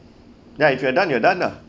ya if you're done you're done ah